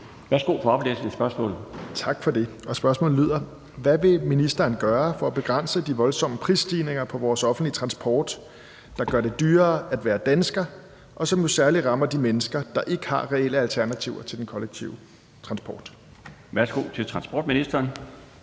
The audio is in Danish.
Kl. 13:33 Pelle Dragsted (EL): Tak for det, og spørgsmålet lyder: Hvad vil ministeren gøre for at begrænse de voldsomme prisstigninger på vores offentlige transport, der gør det dyrere at være dansker, og som jo særlig rammer de mennesker, der ikke har reelle alternativer til den kollektive transport? Kl. 13:34 Den